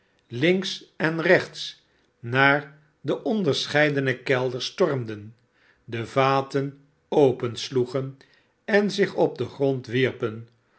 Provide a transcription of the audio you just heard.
links en rechts naar de onderscheidene kelders stormden de vaten opensloegen en zich op den grond wierpen